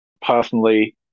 personally